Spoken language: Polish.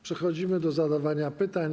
Przechodzimy do zadawania pytań.